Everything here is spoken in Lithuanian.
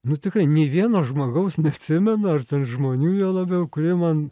nu tikrai nei vieno žmogaus neatsimenu ar tarp žmonių juo labiau kurie man